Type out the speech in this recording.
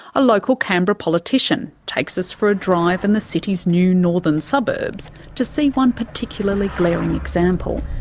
a local canberra politician takes us for a drive in the city's new northern suburbs to see one particularly glaring example.